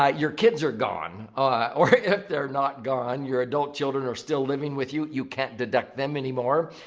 ah your kids are gone or if they're not gone, your adult children are still living with you, you can't deduct them anymore.